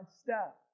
step